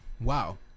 Wow